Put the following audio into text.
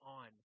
on